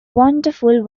wonderful